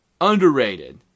underrated